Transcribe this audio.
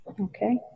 Okay